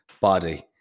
body